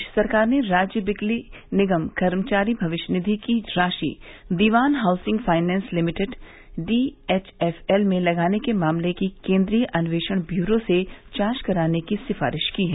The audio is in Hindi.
प्रदेश सरकार ने राज्य बिजली निगम कर्मचारी भविष्य निधि की राशि Dewan housing finance limited D H F L में लगाने के मामले की केन्द्रीय अन्वेषण ब्यूरो से जांच कराने की सिफारिश की है